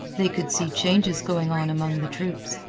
they could see changes going on among the troops.